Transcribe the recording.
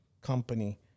company